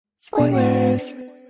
Spoilers